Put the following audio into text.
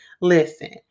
listen